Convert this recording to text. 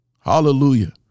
Hallelujah